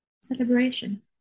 celebration